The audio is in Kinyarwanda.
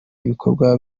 ibikorwa